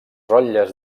rotlles